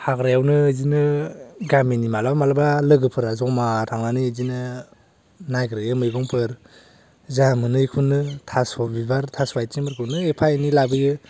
हाग्रायावनो बिदिनो गामिनि मालाबा मालाबा लोगोफोरा ज'मा थांनानै बिदिनो नायगिरहैयो मैगंफोर जा मोनो बेखौनो थास' बिबार थास' आयथिंफोरखौनो एफा एनै लाबोयो